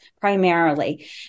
primarily